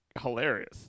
hilarious